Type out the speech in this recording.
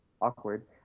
awkward